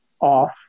off